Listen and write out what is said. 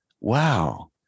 wow